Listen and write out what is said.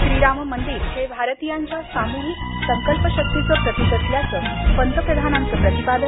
श्रीराम मंदिर हे भारतीयांच्या सामुहिक संकल्पशक्तीचं प्रतिक असल्याचं पंतप्रधानांचं प्रतिपादन